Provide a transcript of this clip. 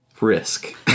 risk